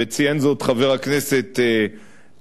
וציין זאת חבר הכנסת גילאון,